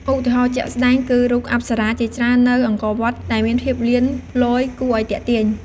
ឧទាហរណ៍ជាក់ស្ដែងគឺរូបអប្សរាជាច្រើននៅអង្គរវត្ត ដែលមានភាពលៀនលយគួរឲ្យទាក់ទាញ។